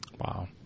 Wow